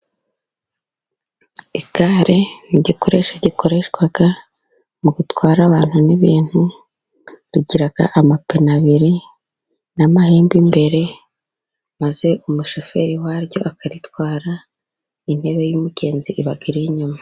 Igare ni igikoresha gikoreshwa mu gutwara abantu n'ibintu. Rigira amapine abiri, n'amahembe imbere, maze umushoferi waryo akaritwara. Intebe y'umugenzi iba inyuma.